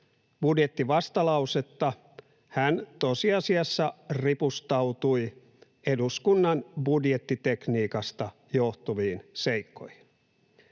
budjettivastalausetta hän tosiasiassa ripustautui eduskunnan budjettitekniikasta johtuviin seikkoihin.